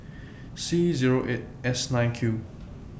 C Zero eight S nine Q